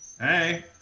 Hey